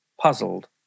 puzzled